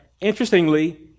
interestingly